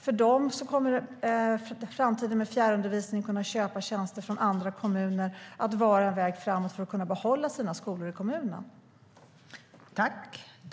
För dem kommer i framtiden fjärrundervisning och att kunna köpa tjänster från andra kommuner att vara en väg framåt för att kunna behålla sina skolor i kommunen.